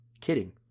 kidding